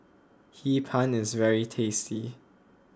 Hee Pan is very tasty